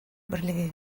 берлеге